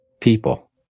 people